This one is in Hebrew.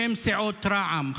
בשם סיעות רע"מ,